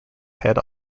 head